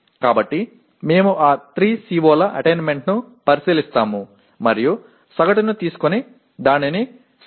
ஆகவே அந்த 3 COக்களின் அடையலைப் பார்த்து சராசரியை எடுத்து அதை ஒரு அளவுகோல் காரணியாகப் பெருக்குகிறோம்